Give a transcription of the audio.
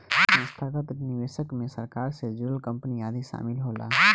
संस्थागत निवेशक मे सरकार से जुड़ल कंपनी आदि शामिल होला